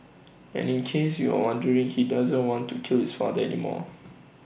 and in case you were wondering he doesn't want to kill his father anymore